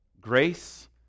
Grace